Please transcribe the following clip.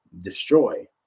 destroy